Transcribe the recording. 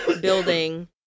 building